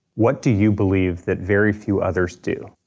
what do you believe that very few others do?